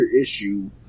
issue